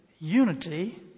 unity